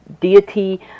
deity